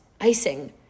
icing